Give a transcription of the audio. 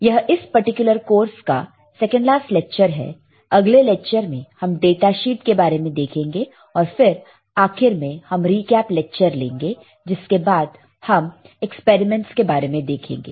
यह इस particular course का सेकंड लास्ट लेक्चर है अगले लेक्चर में हम डाटा शीट के बारे में देखेंगे और फिर आखिर में हम रीकैप लेक्चर लेंगे जिसके बाद हम एक्सपेरिमेंटस के बारे में देखेंगे